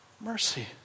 mercy